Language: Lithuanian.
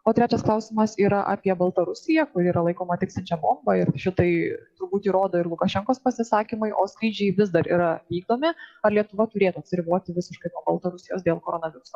o trečias klausimas yra apie baltarusiją kuri yra laikoma tiksinčia bomba ir šitai turbūt įrodo ir lukašenkos pasisakymai o skaičiai vis dar yra vykdomi ar lietuva turėtų atsiriboti visiškai nuo baltarusijos dėl koronaviruso